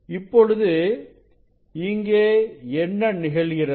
இப்பொழுது இங்கே என்ன நிகழ்கிறது